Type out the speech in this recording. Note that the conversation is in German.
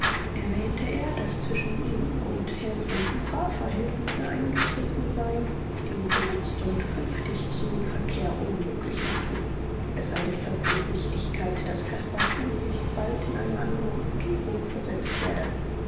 erwähnte er daß zwischen ihm und herrn von tucher verhältnisse eingetreten seien die ihm für jetzt und künftig jeden verkehr unmöglich machten es sei deshalb von wichtigkeit daß caspar tunlichst bald in eine andre umgebung versetzt werde